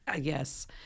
Yes